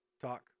Talk